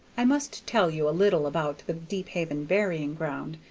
i must tell you a little about the deephaven burying-ground,